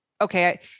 okay